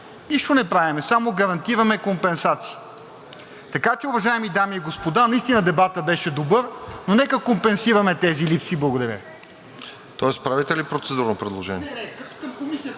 Нищо не правим – само гарантираме компенсации. Така че, уважаеми дами и господа, наистина дебатът беше добър, но нека компенсираме тези липси. Благодаря Ви. ПРЕДСЕДАТЕЛ РОСЕН ЖЕЛЯЗКОВ: Тоест правите ли процедурно предложение?